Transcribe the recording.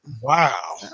Wow